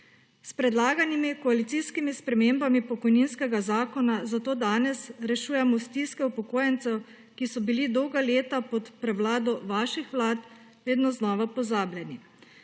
S predlaganimi koalicijskimi spremembami pokojninskega zakona zato danes rešujemo stiske upokojencev, ki so bili dolga leta pod prevlado vaših vlad vedno znova pozabljeni.